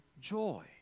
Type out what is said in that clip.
joy